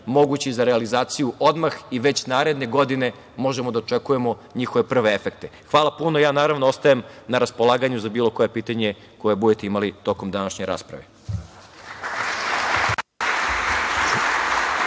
mogući za realizaciju odmah i već naredne godine možemo da očekujemo njihove prve efekte. Hvala puno. Naravno, ostajem na raspolaganju za bilo koje pitanje koje budete imali tokom današnje rasprave.